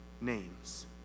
names